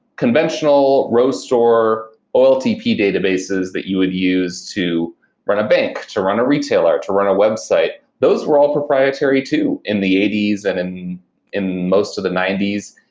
conventional row store oltp databases that you would use to run a bank, to run a retailer, to run a website, those were all proprietary too in the eighty s and in in most of the ninety s.